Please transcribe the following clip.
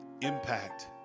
impact